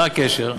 מה הקשר?